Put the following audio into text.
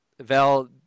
Val